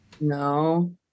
No